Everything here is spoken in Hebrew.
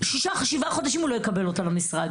הוא לא יקבל אותה למשרד במשך שישה-שבעה חודשים.